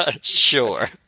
Sure